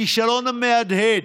הכישלון המהדהד,